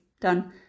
Done